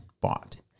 bought